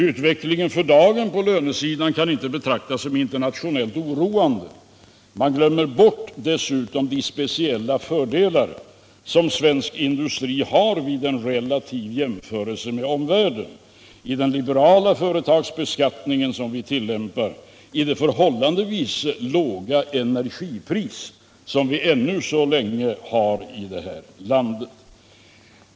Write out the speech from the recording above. Utvecklingen för dagen på lönesidan kan inte betraktas som internationellt oroande. Man glömmer dessutom bort de speciella fördelar som svensk industri har vid en relativ jämförelse med omvärlden —bl.a. iden liberala företagsbeskattning som vi tillämpar och i det förhållandevis låga energipris som vi ännu så länge har i det här landet.